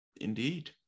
Indeed